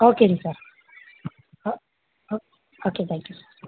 ஓகேங்க sir okay thank you sir